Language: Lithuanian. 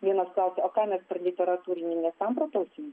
vienas sakė o ką mes literatūrinį nesamprotausim